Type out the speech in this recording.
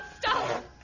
stop